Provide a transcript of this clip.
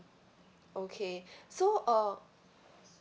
okay so uh